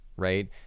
right